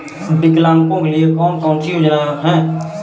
विकलांगों के लिए कौन कौनसी योजना है?